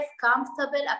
comfortable